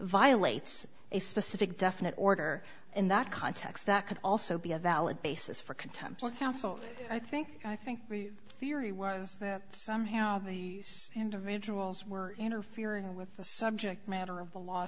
violates a specific definite order in that context that could also be a valid basis for contempt i think i think the theory was that somehow the individuals were interfering with the subject matter of the law